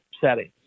settings